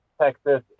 Texas